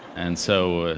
and so,